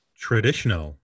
Traditional